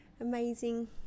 amazing